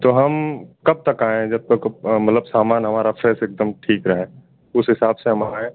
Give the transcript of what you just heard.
तो हम कब तक आएं जब तक सामान हमारा सेफ एकदम ठीक रहें उस हिसाब से हम आएं